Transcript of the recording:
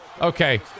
okay